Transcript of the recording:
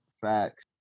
Facts